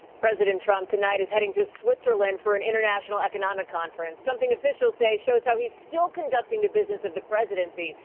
president trump tonight is heading to switzerland for an international economic conference. something officials say shows how he still is conducting the business of the presidency,